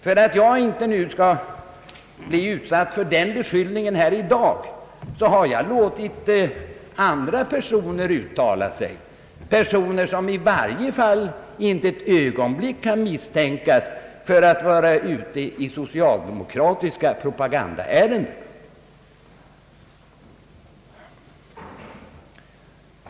För att jag inte skall bli utsatt för den beskyllningen här i dag har jag låtit andra personer uttala sig, personer som i varje fall inte ett ögonblick kan misstänkas för att vara ute i socialdemokratiska propagandaärenden.